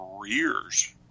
careers